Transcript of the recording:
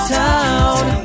town